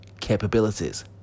capabilities